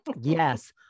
Yes